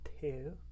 two